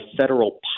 federal